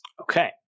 Okay